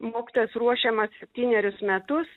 mokytojas ruošiamas septynerius metus